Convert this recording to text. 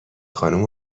خانوم